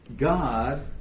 God